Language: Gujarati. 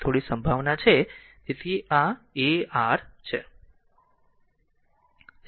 તેથી આ a r છે